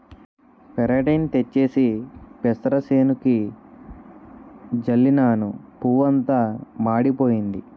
పెరాటేయిన్ తెచ్చేసి పెసరసేనుకి జల్లినను పువ్వంతా మాడిపోయింది